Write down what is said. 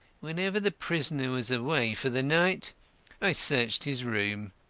whenever the prisoner was away for the night i searched his room.